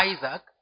Isaac